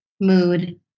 mood